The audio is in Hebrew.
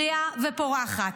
בריאה ופורחת.